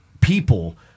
people